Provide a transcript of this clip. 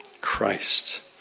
Christ